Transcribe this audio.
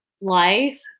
life